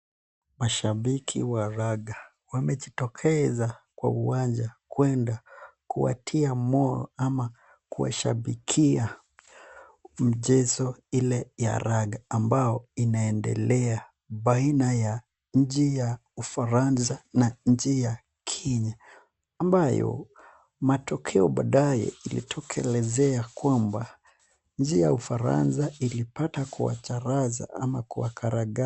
Mashabiki wa raga wamejitokeza kwa uwanja kwenda kuwatia moyo ama kuwashabikia mchezo ile ya raga ambao inaendelea baina ya nchi ya ufaransa na nchi ya Kenya ambayo matokeo badae ilitokelezea kwamba nchi ya ufaransa ilipata kuwacharaza ama kuwakraga........